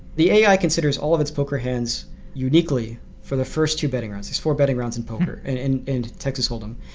the ai considers all of its poker hands uniquely for the first two betting rounds. there're four betting rounds in poker, and in texas hold em.